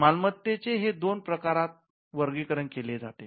मालमत्तेचे हे दोन प्रकारात वर्गीकरण केले जाते